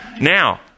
Now